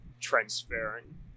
transferring